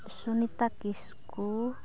Sunita Kisku